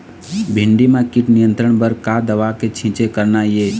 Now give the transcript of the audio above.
भिंडी म कीट नियंत्रण बर का दवा के छींचे करना ये?